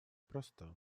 проста